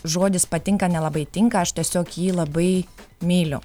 žodis patinka nelabai tinka aš tiesiog jį labai myliu